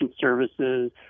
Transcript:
services